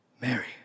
Mary